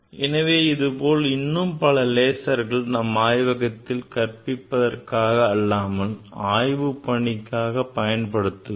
எனவே இதுபோல் இன்னும் பல லேசர்களை நாம் ஆய்வகத்தில் கற்பிப்பதற்காக அல்லாமல் ஆய்வுப் பணிக்காக பயன்படுத்துகிறோம்